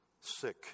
sick